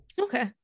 Okay